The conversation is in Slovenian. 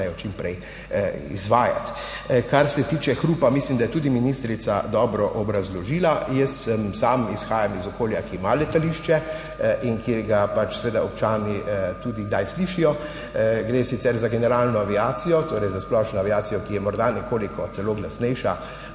Kar se tiče hrupa mislim, da je tudi ministrica dobro obrazložila. Jaz izhajam iz okolja, ki ima letališče in ki ga seveda občani tudi kdaj slišijo. Gre sicer za generalno aviacijo, torej za splošno aviacijo, ki je občasno morda celo nekoliko glasnejša,